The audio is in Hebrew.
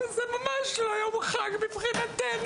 זה ממש לא יום חג מבחינתנו.